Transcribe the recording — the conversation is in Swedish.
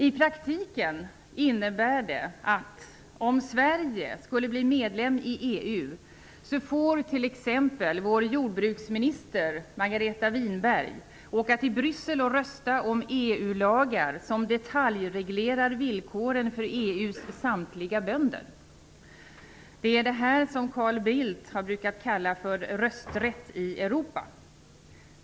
Om Sverige skulle bli medlem i EU innebär det i praktiken att t.ex. vår jordbruksminister Margareta Winberg får åka till Bryssel och rösta om EU-lagar, lagar som detaljreglerar villkoren för EU:s samtliga bönder. Det är detta som Carl Bildt har brukat kalla "rösträtt i Europa".